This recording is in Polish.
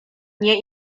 nie